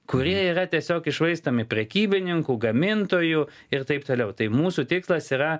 kurie yra tiesiog iššvaistomi prekybininkų gamintojų ir taip toliau tai mūsų tikslas yra